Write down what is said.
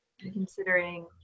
considering